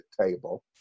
table